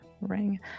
Ring